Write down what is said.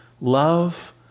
love